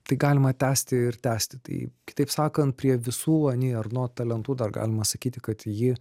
tai galima tęsti ir tęsti tai kitaip sakant prie visų ani erno talentų dar galima sakyti kad ji